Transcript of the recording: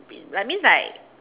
like means like